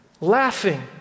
laughing